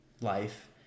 life